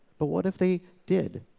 but what if they did?